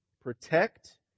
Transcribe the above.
protect